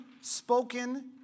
spoken